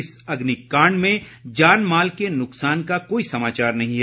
इस अग्निकाण्ड में जानमाल के नुकसान का कोई समाचार नहीं है